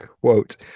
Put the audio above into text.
quote